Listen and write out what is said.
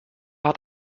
hat